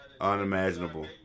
Unimaginable